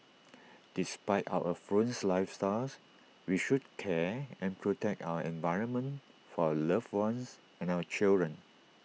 despite our affluent lifestyles we should care and protect our environment for our loved ones and our children